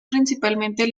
principalmente